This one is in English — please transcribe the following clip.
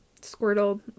Squirtle